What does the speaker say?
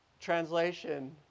Translation